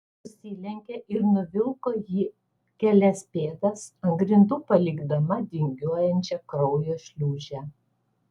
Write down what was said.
susilenkė ir nuvilko jį kelias pėdas ant grindų palikdama vingiuojančią kraujo šliūžę